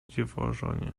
dziwożonie